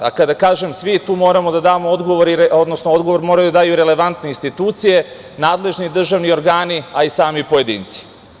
Kada kažem svi, tu moramo da damo odgovor, odnosno odgovor moraju da daju relevantne institucije, nadležni državni organi, a sami pojedinci.